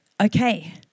okay